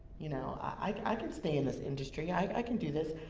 you know, i can stay in this industry. i can do this.